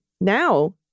now